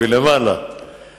והיא דנה בתיקון לפקודת